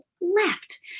left